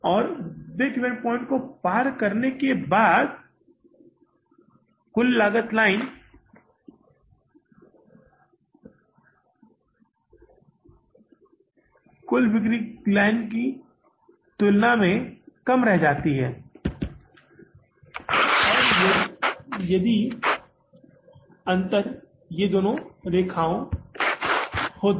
और break even points को पार करने के बाद कुल लागत लाइन कुल बिक्री लाइन की तुलना में कम रहती है और यदि अंतर ये दो रेखाएं होती